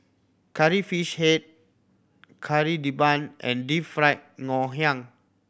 Curry Fish Head Kari Debal and Deep Fried Ngoh Hiang